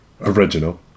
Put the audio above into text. Original